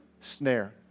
snare